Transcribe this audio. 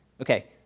Okay